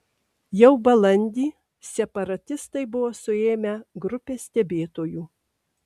jau balandį separatistai buvo suėmę grupę stebėtojų